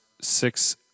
six